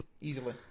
Easily